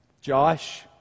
Josh